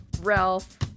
Ralph